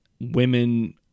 Women